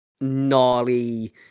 gnarly